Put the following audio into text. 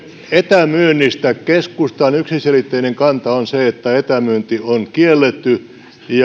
etämyynnistä keskustan yksiselitteinen kanta on se että etämyynti on kielletty ja